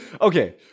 Okay